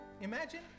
imagine